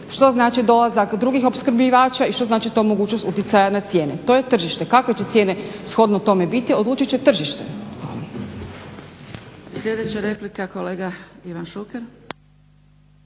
što znači dolazak drugih opskrbljivača i što znači ta mogućnost utjecaja na cijene. To je tržište, kakve će cijene shodno tome biti odlučit će tržište.